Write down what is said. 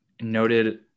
noted